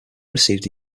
received